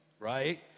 right